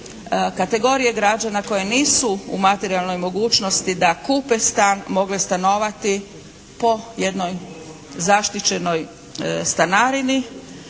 kategorije građana koje nisu u materijalnoj mogućnosti da kupe stan mogle stanovati po jednoj zaštićenoj stanarini.